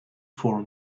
for